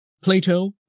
Plato